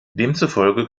demzufolge